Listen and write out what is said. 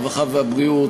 הרווחה והבריאות,